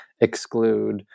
exclude